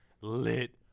lit